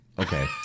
Okay